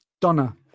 Donna